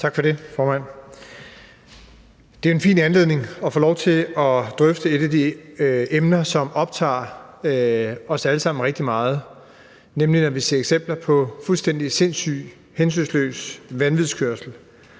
Tak for det, formand. Det er jo en fin anledning til at få lov til at drøfte et af de emner, som optager os alle sammen rigtig meget, nemlig når vi ser eksempler på fuldstændig sindssyg, hensynsløs vanvidskørsel,